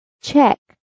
Check